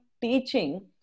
teaching